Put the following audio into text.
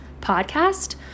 podcast